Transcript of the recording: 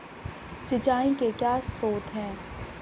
सिंचाई के क्या स्रोत हैं?